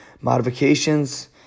modifications